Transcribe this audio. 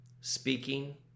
speaking